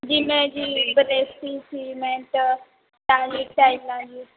ਜਿਵੇਂ ਜੀ ਵਿਦੇਸ਼ੀ ਸੀਮੇਂਟ ਟੈਲਾਂ ਜੀ